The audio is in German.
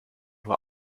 nur